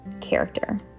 character